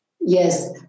Yes